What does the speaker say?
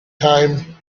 time